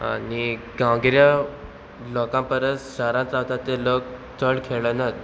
आनी गांवगिऱ्या लोकां परस शारांत रावतात ते लोक चड खेळनात